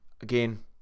again